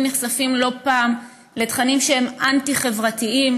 נחשפים לא פעם לתכנים שהם אנטי-חברתיים,